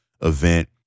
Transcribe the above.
event